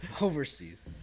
Overseas